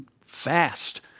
fast